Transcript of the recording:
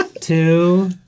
Two